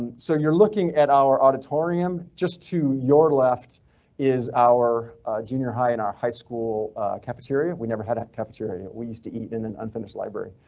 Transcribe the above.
so you're looking at our auditorium just to your left is our junior high in our high school cafeteria. we never had cafeteria. we used to eat in an unfinished library.